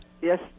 Yes